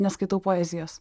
neskaitau poezijos